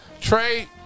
Trey